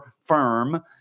firm